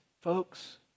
folks